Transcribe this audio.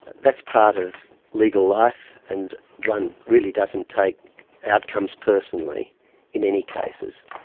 that's part of legal life, and one really doesn't take outcomes personally in any cases.